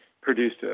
produced